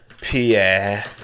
Pierre